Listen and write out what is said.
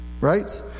right